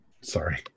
Sorry